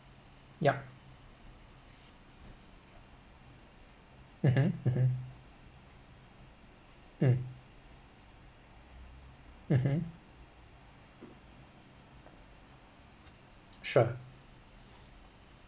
yup mmhmm mmhmm um mmhmm sure